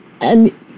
And-